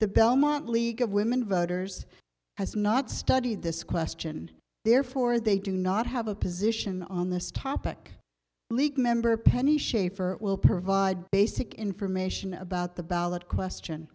the belmont league of women voters has not studied this question therefore they do not have a position on this topic league member penny schaefer will provide basic information about the ballot question